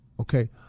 okay